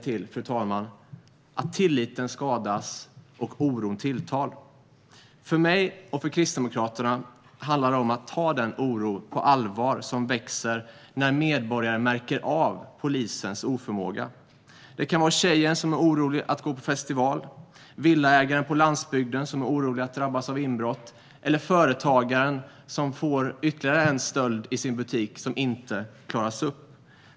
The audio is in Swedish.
Detta leder till att tilliten skadas och att oron tilltar. För mig och för Kristdemokraterna handlar det om att ta den oro på allvar som växer när medborgare märker av polisens oförmåga. Det kan vara tjejen som är orolig för att gå på festival, villaägaren på landsbygden som är orolig för att drabbas av inbrott, eller företagaren som får ytterligare en stöld i sin butik som inte klaras upp.